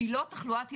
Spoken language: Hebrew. שהיא לא תחלואת ילדים,